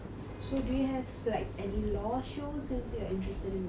so do you have like any law shows since you're interested in law